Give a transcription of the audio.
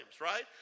right